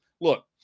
look